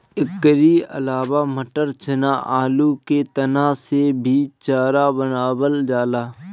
एकरी अलावा मटर, चना, आलू के तना से भी चारा बनावल जाला